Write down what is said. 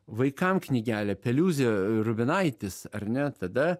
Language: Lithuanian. vaikam knygelė peliūzė raganaitis ar ne tada